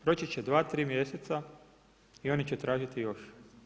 Proći će 2, 3 mjeseca i oni će tražiti još.